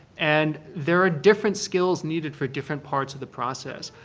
and there are different skills needed for different parts of the process.